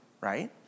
right